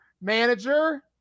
manager